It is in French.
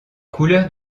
couleurs